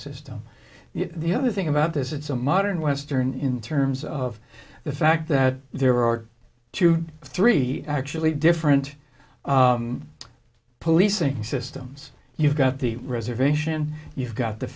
system the other thing about this it's a modern western in terms of the fact that there are two three actually different policing systems you've got the reservation you've got the